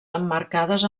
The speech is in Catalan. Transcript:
emmarcades